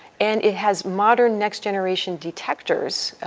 and it has modern, next-generation detectors.